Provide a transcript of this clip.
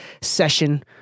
session